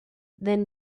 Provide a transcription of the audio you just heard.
then